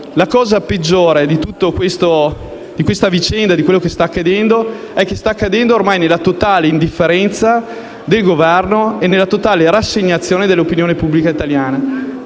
L'aspetto peggiore di tutta questa vicenda è che ciò sta accadendo ormai nella totale indifferenza del Governo e nella totale rassegnazione dell'opinione pubblica italiana.